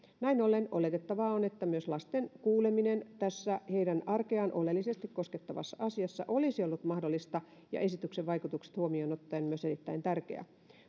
näin ollen oletettavaa on että myös lasten kuuleminen tässä heidän arkeaan oleellisesti koskettavassa asiassa olisi ollut mahdollista ja esityksen vaikutukset huomioon ottaen myös erittäin tärkeää